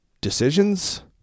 decisions